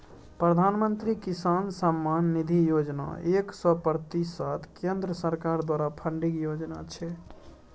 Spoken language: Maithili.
प्रधानमंत्री किसान सम्मान निधि योजना एक सय प्रतिशत केंद्र सरकार द्वारा फंडिंग योजना छै